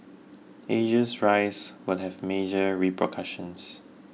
Asia's rise would have major repercussions